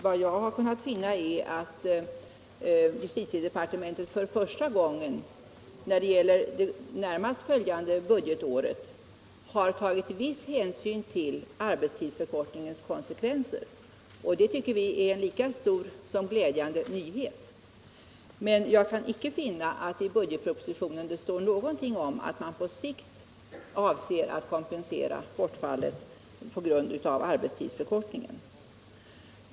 Vad jag har kunnat finna är att justitiedepartementet för första gången när det gäller det närmast följande budgetåret har tagit viss hänsyn till arbetstidsförkortningens konsekvenser, och det tycker vi är en lika stor som glädjande nyhet. Men jag kan icke finna att det i budgetpropositionen står någonting om att man på sikt avser att kompensera bortfallet på grund av arbetstidsförkortningen.